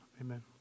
Amen